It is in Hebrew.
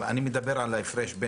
אני מדבר על ההפרש.